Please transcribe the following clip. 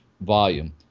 volume